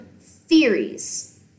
theories